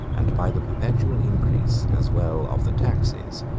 and by the perpetual increase, as well of the taxes,